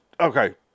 okay